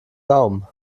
daumen